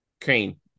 Crane